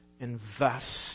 Invest